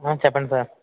చెప్పండి సార్